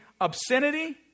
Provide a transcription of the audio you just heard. obscenity